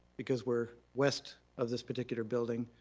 because we're west of this particular building,